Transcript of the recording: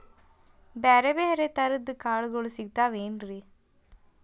ಬ್ಯಾರೆ ಬ್ಯಾರೆ ತರದ್ ಕಾಳಗೊಳು ಸಿಗತಾವೇನ್ರಿ?